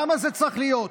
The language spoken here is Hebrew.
למה זה צריך להיות?